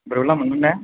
बुरबुला मोन्दों ने